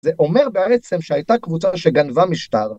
זה אומר בעצם שהייתה קבוצה שגנבה משטר.